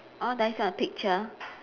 oh there's a picture